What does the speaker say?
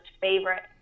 favorite